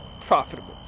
profitable